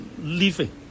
living